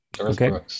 Okay